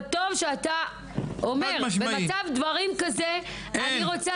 אבל טוב שאתה אומר במצב דברים כזה אני רוצה